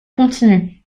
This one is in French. continu